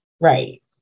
Right